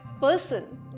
person